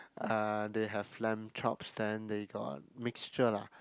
uh they have lamb chops then they got mixture lah